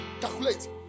calculate